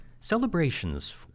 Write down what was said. celebrations